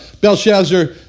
Belshazzar